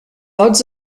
odds